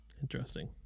Interesting